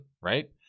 right